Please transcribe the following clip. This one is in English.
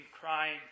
crying